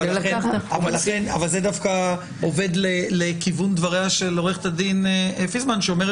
זה דווקא עובד לכיוון דבריה של עורכת הדין פיסמן שאומרת